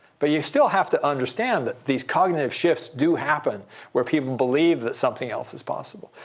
but you still have to understand that these cognitive shifts do happen where people believe that something else is possible.